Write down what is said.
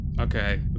Okay